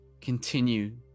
continue